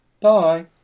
Bye